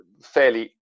fairly